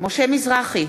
משה מזרחי,